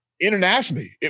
Internationally